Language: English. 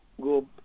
go